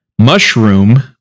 Mushroom